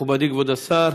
מכובדי כבוד השר,